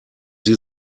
sie